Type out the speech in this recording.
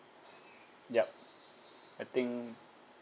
yup I think